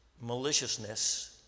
maliciousness